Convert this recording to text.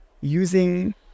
using